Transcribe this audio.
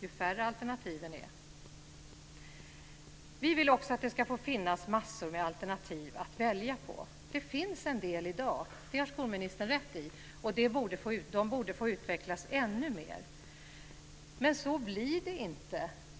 Ju färre alternativen är, ju längre blir självklart köerna. Vi vill också att det ska finnas massor med alternativ att välja på. Det finns en del i dag, och det har skolministern rätt i. De borde få utvecklas ännu mer. Men så blir det inte.